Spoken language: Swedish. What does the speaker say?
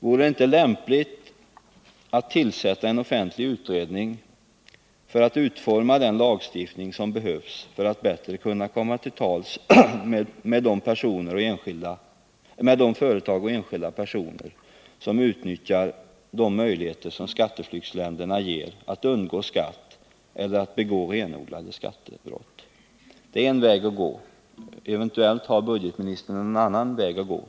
Vore det inte lämpligt att tillsätta en offentlig utredning för att utforma den lagstiftning som behövs för att bättre kunna komma till tals med de företag och enskilda personer som utnyttjar de möjligheter som skatteflyktsländerna ger att undgå skatt eller att begå renodlade skattebrott? Det är en väg att gå. Eventuellt kan budgetministern föreslå en annan väg.